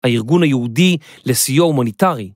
הארגון היהודי לסיוע הומניטרי.